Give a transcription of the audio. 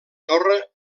torre